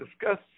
discuss